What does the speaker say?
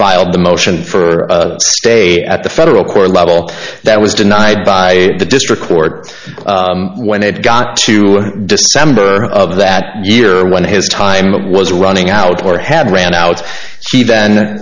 filed the motion for a day at the federal court level that was denied by the district court when it got to december of that year when his time was running out or had ran out she then